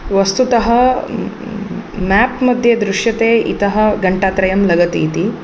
वस्तुतः मेप् मध्ये दृश्यते इतः घण्टात्रयं लगति इति